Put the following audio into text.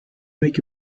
make